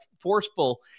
forceful